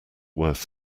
worth